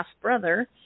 brother